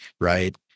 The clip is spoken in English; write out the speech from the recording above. right